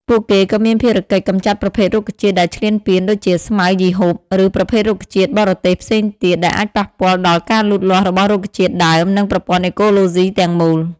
ពួកគេក៏មានភារកិច្ច កម្ចាត់ប្រភេទរុក្ខជាតិដែលឈ្លានពាន ដូចជាស្មៅយីហ៊ុប ឬប្រភេទរុក្ខជាតិបរទេសផ្សេងទៀត ដែលអាចប៉ះពាល់ដល់ការលូតលាស់របស់រុក្ខជាតិដើម និងប្រព័ន្ធអេកូឡូស៊ីទាំងមូល។